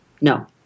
No